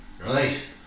Right